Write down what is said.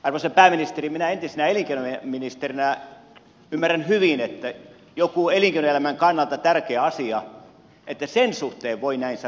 arvoisa pääministeri minä entisenä elinkeino ministerinä ymmärrän hyvin että jonkun elinkeinoelämän kannalta tärkeän asian suhteen voi näin sanoakin